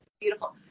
beautiful